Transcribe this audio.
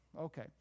Okay